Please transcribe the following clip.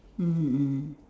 mmhmm mm